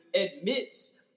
admits